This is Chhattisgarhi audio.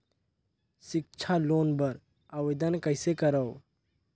सिक्छा लोन बर आवेदन कइसे करव?